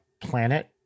planet